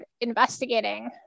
investigating